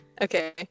Okay